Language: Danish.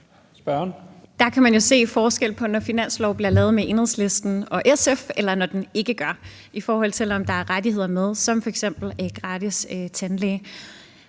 Der kan man jo se forskellen på, at finanslove bliver lavet med Enhedslisten og SF, eller at de ikke gør, i forhold til om der er rettigheder med som f.eks. gratis tandpleje,